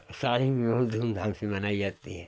आषाढ़ी भी बहुत धूमधाम से मनाई जाती है